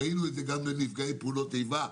ראינו את זה גם לגבי נפגעי פעולות איבה,